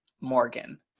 Morgan